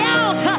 out